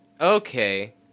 Okay